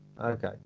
okay